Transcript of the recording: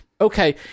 Okay